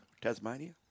Tasmania